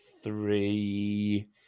three